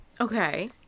okay